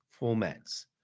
formats